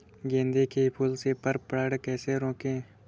गेंदे के फूल से पर परागण कैसे रोकें?